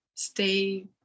Stay